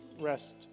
rest